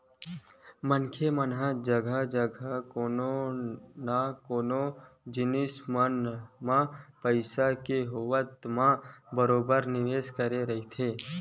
मनखे मन ह जघा जघा कोनो न कोनो जिनिस मन म पइसा के होवब म बरोबर निवेस करके रखथे